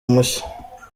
mushya